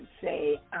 say